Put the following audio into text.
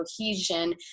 cohesion